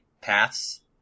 paths